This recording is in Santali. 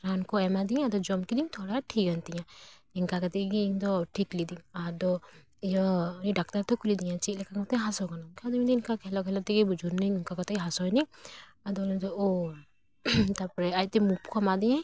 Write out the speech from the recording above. ᱨᱟᱱ ᱠᱚ ᱮᱢᱟ ᱫᱤᱧᱟᱹ ᱟᱫᱚ ᱡᱚᱢ ᱠᱮᱫᱟᱹᱧ ᱛᱷᱚᱲᱟ ᱴᱷᱤᱠ ᱮᱱ ᱛᱤᱧᱟᱹ ᱮᱱᱠᱟ ᱠᱟᱛᱮᱫ ᱜᱮ ᱤᱧᱫᱚ ᱴᱷᱤᱠ ᱞᱮᱫᱟᱹᱧ ᱟᱫᱚ ᱤᱭᱟᱹ ᱰᱟᱠᱛᱟᱨ ᱠᱚ ᱠᱩᱞᱤ ᱮᱫᱤᱧᱟ ᱪᱮᱫ ᱞᱮᱠᱟ ᱠᱟᱛᱮ ᱦᱟᱹᱥᱩ ᱠᱟᱱᱟ ᱠᱷᱟᱡ ᱫᱩᱧ ᱢᱮᱱᱮᱫᱟᱧ ᱠᱷᱮᱞᱟ ᱠᱷᱮᱞᱟ ᱛᱮᱜᱮ ᱵᱩᱡᱩᱨ ᱮᱱᱟᱹᱧ ᱚᱱᱠᱟ ᱠᱟᱛᱮᱫ ᱜᱮ ᱦᱟᱹᱥᱩᱭᱮᱱᱟᱹᱧ ᱟᱫᱩᱭ ᱞᱟᱹᱭᱮᱫᱟ ᱚ ᱛᱟᱯᱚᱨᱮ ᱟᱡᱮ ᱢᱩᱵᱷ ᱠᱚ ᱮᱢᱟ ᱫᱤᱧᱟᱹ